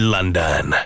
London